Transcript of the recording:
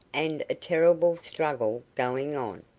and a terrible struggle going on.